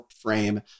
frame